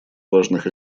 важных